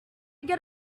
get